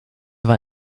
war